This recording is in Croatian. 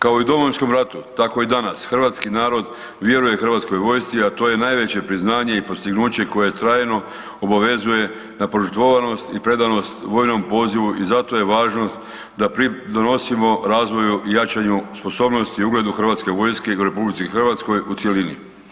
Kao i u Domovinskom ratu, tako i danas, hrvatski narod vjeruje Hrvatskoj vojsci, a to je najveće priznanje i postignuće koje trajno obavezuje na požrtvovnost i predanost vojnom pozivu i zato je važno da pridonosimo razvoju i jačanju sposobnosti i ugledu HV-a u RH u cjelini.